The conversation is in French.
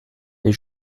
des